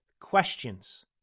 questions